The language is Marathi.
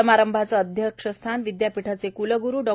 समारंभाचे अध्यक्षस्थान विदयापीठाचे कुलगुरु डॉ